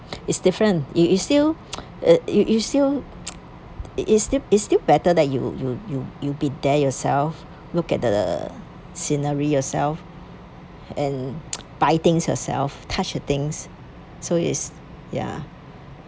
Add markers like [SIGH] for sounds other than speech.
it's different it is still [NOISE] uh you you still [NOISE] it is still is still better that you you you you'll be there yourself look at the scenery yourself and [NOISE] buy things yourself touch her things so it's ya